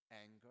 Anger